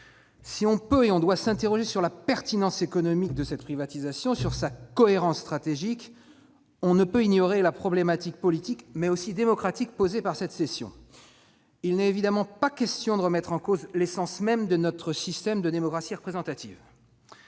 Si l'on peut et l'on doit s'interroger sur la pertinence économique de cette privatisation, sur sa cohérence stratégique, on ne peut ignorer la problématique politique et démocratique posée par cette cession. Il n'est évidemment pas question de remettre en cause l'essence même de notre système de démocratie représentative.